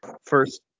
first